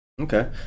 Okay